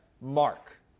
mark